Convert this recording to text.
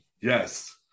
Yes